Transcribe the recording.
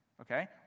Okay